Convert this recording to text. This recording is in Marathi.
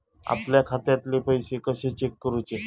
आपल्या खात्यातले पैसे कशे चेक करुचे?